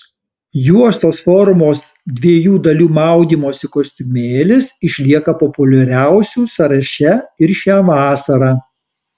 juostos formos dviejų dalių maudymosi kostiumėlis išlieka populiariausių sąraše ir šią vasarą